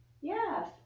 Yes